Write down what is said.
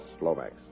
Lomax